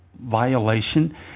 violation